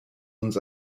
owns